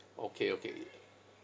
okay okay